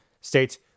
states